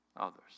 others